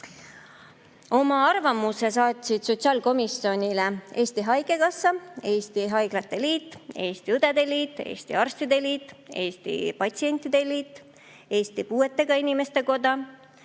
Oma arvamuse saatsid sotsiaalkomisjonile Eesti Haigekassa, Eesti Haiglate Liit, Eesti Õdede Liit, Eesti Arstide Liit, Eesti Patsientide Liit, Eesti Puuetega Inimeste Koda,